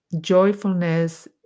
joyfulness